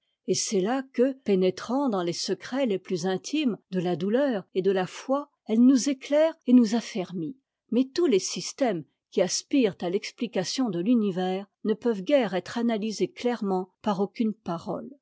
et c'est là que pénétrant dans les secrets les plus intimes de la douleur et de la foi elle nous éclaire et nous affermit mais tous les systèmes qui aspirent à l'explication de l'univers ne peuvent guère être analysés clairement par aucune parole